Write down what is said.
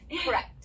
Correct